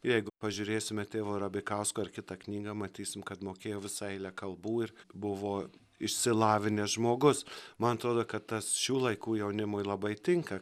jeigu pažiūrėsime tėvo rabikausko ar kitą knygą matysim kad mokėjo visą eilę kalbų ir buvo išsilavinęs žmogus man atrodo kad tas šių laikų jaunimui labai tinka